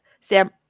sam